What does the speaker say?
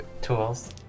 Tools